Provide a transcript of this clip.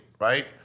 right